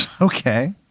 Okay